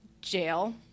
jail